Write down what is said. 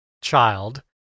child